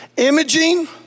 Imaging